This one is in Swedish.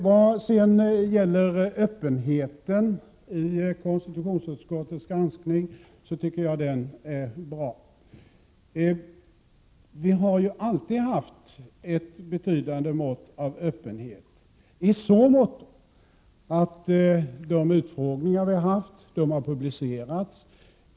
Jag tycker att öppenheten i konstitutionsutskottets granskning är bra. Vi har alltid haft ett betydande mått av öppenhet i så måtto att de utfrågningar vi haft har publicerats.